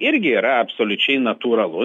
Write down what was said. irgi yra absoliučiai natūralu